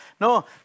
No